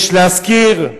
יש להזכיר,